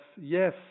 yes